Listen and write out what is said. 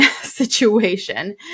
situation